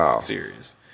series